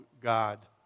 God